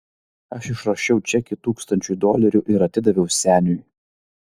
aš išrašiau čekį tūkstančiui dolerių ir atidaviau seniui